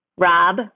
rob